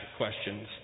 questions